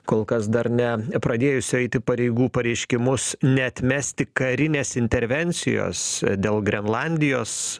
kol kas dar ne pradėjusio eiti pareigų pareiškimus neatmesti karinės intervencijos dėl grenlandijos